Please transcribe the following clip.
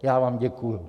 Já vám děkuji.